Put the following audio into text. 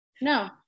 no